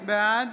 בעד